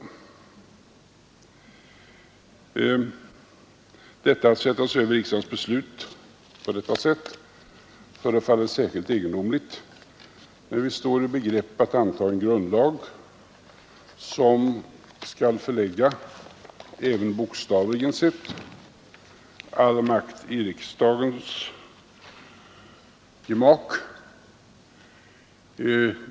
Att regeringen på detta vis sätter sig över riksdagens beslut förefaller särskilt egendomligt när vi står i begrepp att anta en grundlag som, även bokstavligt talat, skall förlägga all makt till riksdagens gemak.